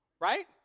right